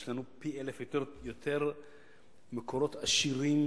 יש לנו פי-אלף יותר מקורות עשירים,